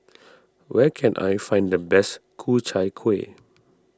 where can I find the best Ku Chai Kueh